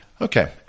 Okay